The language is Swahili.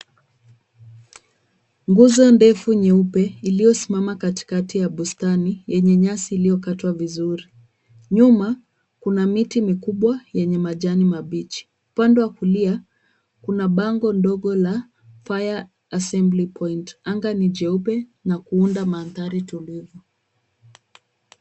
Nguzo ndefu nyeupe iliyosimama katikati ya bustani yenye nyasi iliyokatwa vizuri. Nyuma kuna miti mikubwa yenye majani mabichi. Upande wa kulia kuna bango ndogo la fire assemly point . Anga ni jeupe na kuunda mandhari tulivu.